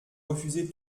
refusez